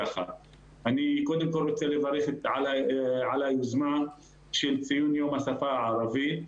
אני קודם כל רוצה לברך על היוזמה של ציון יום השפה הערבית,